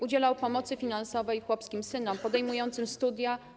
Udzielał pomocy finansowej chłopskim synom podejmującym studia.